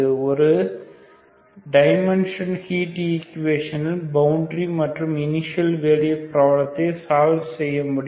ஒரு dimension heat ஈக்குவேஷனில் boundary மற்றும் இனிசியல் வேல்யூ ப்ராப்ளத்தை சால்வ் செய்ய முடியும்